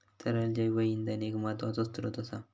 तरल जैव इंधन एक महत्त्वाचो स्त्रोत असा